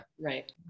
right